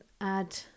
add